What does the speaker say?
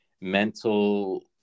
mental